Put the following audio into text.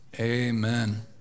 Amen